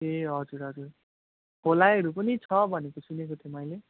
ए हजुर हजुर खोलाहरू पनि छ भनेको सुनेको थिएँ मैले